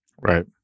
Right